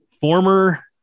Former